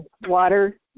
water